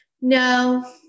no